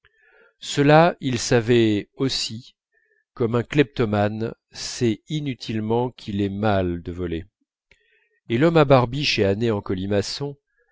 cela il le savait aussi comme un kleptomane sait inutilement qu'il est mal de voler et l'homme à barbiche et à nez en colimaçon